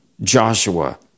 Joshua